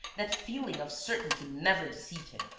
that feeling of certainty never deceived him.